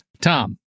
Tom